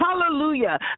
Hallelujah